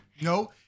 No